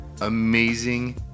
amazing